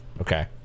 Okay